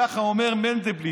ככה אומר מנדלבליט,